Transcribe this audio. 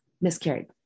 miscarried